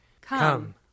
Come